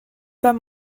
pas